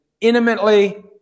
intimately